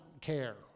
care